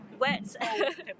wet